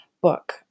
book